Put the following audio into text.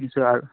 নিশ্চয়